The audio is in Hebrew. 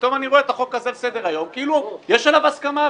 פתאום אני רואה את החוק הזה על סדר היום כאילו יש עליו הסכמה,